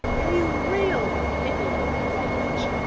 a real living wage.